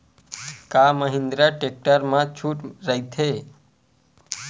का महिंद्रा टेक्टर मा छुट राइथे?